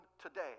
today